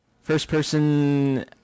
first-person